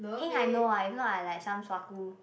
heng I know ah if not I like some suaku